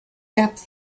depth